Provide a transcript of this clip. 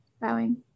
Bowing